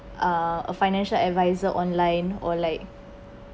uh a financial advisor online or like